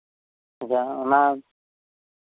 ᱚᱱᱟ